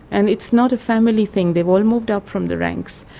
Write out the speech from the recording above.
and it's not family thing, they've all moved up from the ranks.